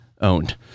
owned